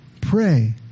Pray